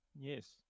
yes